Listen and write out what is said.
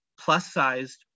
plus-sized